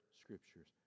scriptures